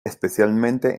especialmente